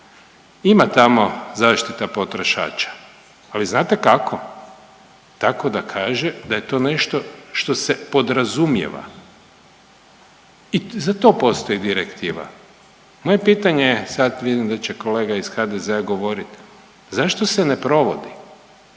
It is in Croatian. ima tamo zaštita potrošača. Ali znate kako? Tako da kaže da je to nešto što se podrazumijeva i za to postoji direktiva. Moje pitanje je, sad vidim da će kolega iz HDZ-a govorit, zašto se ne provodi?